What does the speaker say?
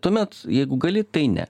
tuomet jeigu gali tai ne